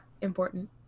important